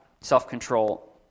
self-control